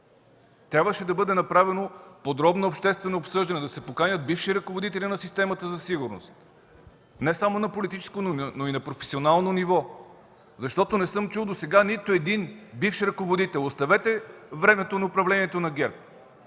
Трябваше да бъде направено подробно обществено обсъждане, да се поканят бивши ръководители на системата за сигурност – не само на политическо, но и на професионално ниво, защото не съм чул досега нито един бивш ръководител! Оставете времето на управлението на ГЕРБ.